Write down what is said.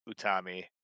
Utami